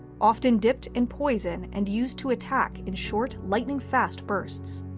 often dipped in poison and used to attack in short, lightning fast bursts.